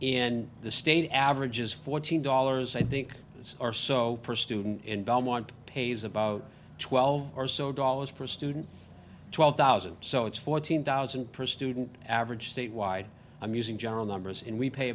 in the state averages fourteen dollars i think those are so per student in belmont pays about twelve or so dollars per student twelve thousand so it's fourteen thousand per student average statewide i'm using general numbers and we pay